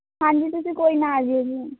ਹਾਂਜੀ ਤੁਸੀਂ ਕੋਈ ਨਾ ਆ ਜਿਓ ਜੀ